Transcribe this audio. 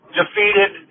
defeated